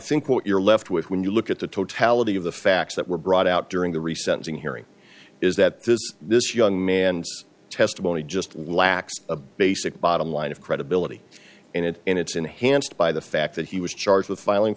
think what you're left with when you look at the totality of the facts that were brought out during the recent hearing is that this this young man's testimony just lacks a basic bottom line of credibility and it and it's enhanced by the fact that he was charged with filing